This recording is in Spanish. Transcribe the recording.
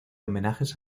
homenajes